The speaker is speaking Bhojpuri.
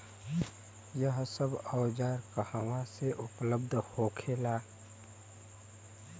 यह सब औजार कहवा से उपलब्ध होखेला?